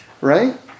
right